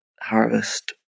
harvest